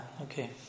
okay